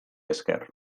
esker